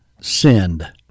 sinned